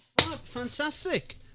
Fantastic